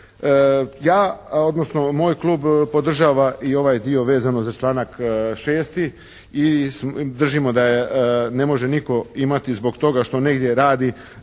moj klub podržava i ovaj dio vezano za članak 6. i držimo da ne može nitko imati zbog toga što negdje radi